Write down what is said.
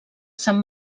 sant